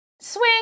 Swing